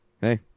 hey